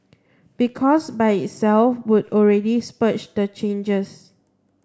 because by itself would already spur the changes